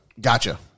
Gotcha